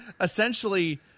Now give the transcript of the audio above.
Essentially